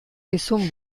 dizun